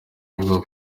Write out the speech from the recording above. avuga